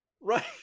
Right